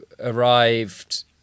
arrived